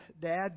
dad